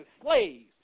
slaves